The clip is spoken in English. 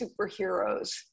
superheroes